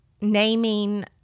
naming